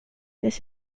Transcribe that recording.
this